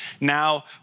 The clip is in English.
now